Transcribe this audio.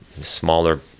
smaller